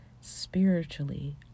spiritually